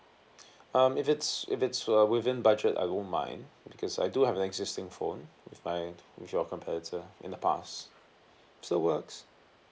um if it's if it's uh within budget I won't mind because I do have an existing phone with my with your competitor in the past it still works